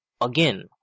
Again